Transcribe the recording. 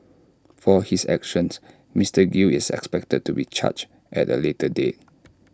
for his actions Mister gill is expected to be charged at A later date